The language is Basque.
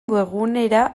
webgunera